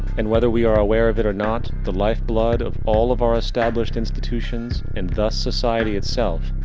and, whether we are aware of it or not, the lifeblood of all of our established institutions, and thus society itself,